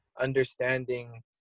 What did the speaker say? understanding